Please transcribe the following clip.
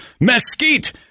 Mesquite